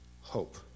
hope